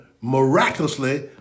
miraculously